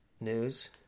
news